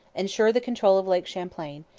ensure the control of lake champlain,